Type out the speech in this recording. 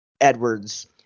edwards